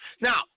Now